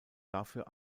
dafür